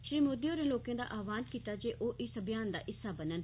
श्री मोदी होरें लोकें दा आह्वान कीता जे ओह् इस अभियान दा हिस्सा बनन